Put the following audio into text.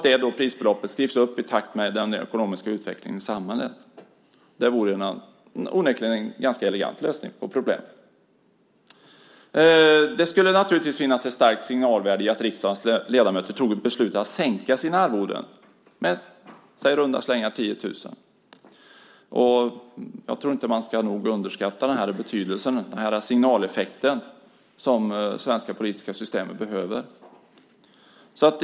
Det beloppet kan då skrivas upp i takt med den ekonomiska utvecklingen i samhället. Det vore onekligen en ganska elegant lösning på problemet. Det skulle naturligtvis finnas ett starkt signalvärde i att riksdagens ledamöter tog ett beslut om att sänka sina arvoden med i runda slängar 10 000 kr. Jag tror inte att man ska underskatta denna signaleffekt, som det svenska politiska systemet behöver.